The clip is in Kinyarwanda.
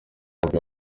ntabwo